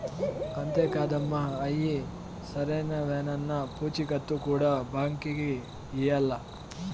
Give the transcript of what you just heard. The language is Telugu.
అంతే కాదమ్మ, అయ్యి సరైనవేనన్న పూచీకత్తు కూడా బాంకీకి ఇయ్యాల్ల